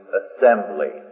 assembly